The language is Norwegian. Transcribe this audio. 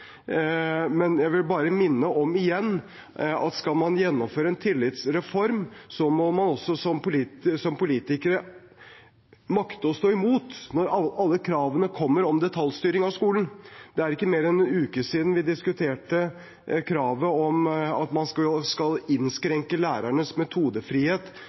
men jeg vil bare igjen minne om at skal man gjennomføre en tillitsreform, må man som politiker også makte å stå imot når alle kravene kommer om detaljstyring av skolen. Det er ikke mer enn en uke siden vi diskuterte kravet om at man skal innskrenke lærernes metodefrihet